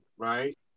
Right